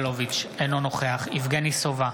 אינו נוכח יואב סגלוביץ' אינו נוכח יבגני סובה,